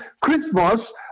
Christmas